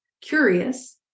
curious